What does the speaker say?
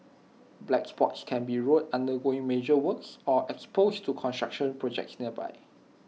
black spots can be roads undergoing major works or exposed to construction projects nearby